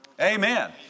Amen